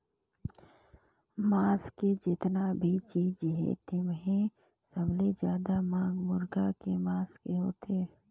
मांस के जेतना भी चीज हे तेम्हे सबले जादा मांग मुरगा के मांस के होथे